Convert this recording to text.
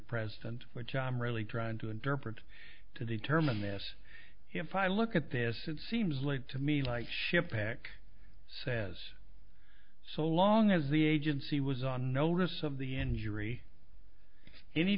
present which i'm really trying to address with to determine this if i look at this it seems like to me like ship eric says so long as the agency was on notice of the injury any